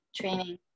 training